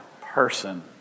person